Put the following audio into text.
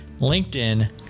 LinkedIn